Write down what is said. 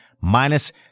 minus